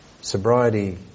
sobriety